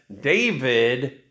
David